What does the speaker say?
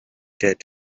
dared